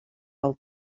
del